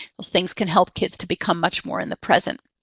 those things can help kids to become much more in the present.